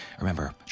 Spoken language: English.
Remember